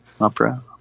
opera